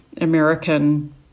American